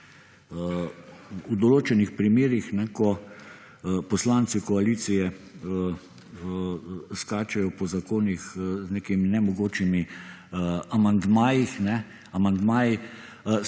v določenih primerih, ko poslanci koalicije skačejo po zakonih z nekimi nemogočimi amandmaji sta pa,